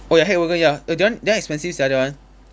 oh ya hackwagon ya that one that one expensive sia that one